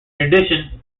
addition